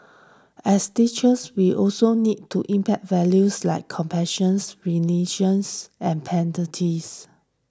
as teachers we also need to impart values like compassion and